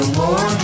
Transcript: more